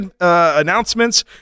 announcements